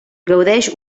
gaudeix